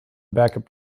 backup